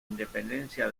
independencia